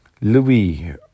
Louis